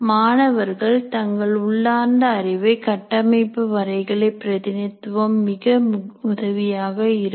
மாணவர்கள் தங்கள் உள்ளார்ந்த அறிவை கட்டமைத்த வரைகலை பிரதிநிதித்துவம் மிக உதவியாக இருக்கும்